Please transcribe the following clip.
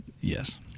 Yes